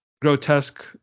grotesque